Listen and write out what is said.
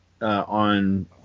on